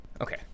Okay